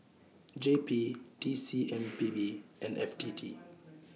J P T C M P B and F T T